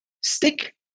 stick